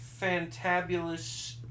fantabulous